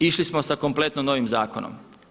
Išli smo sa kompletno novim zakonom.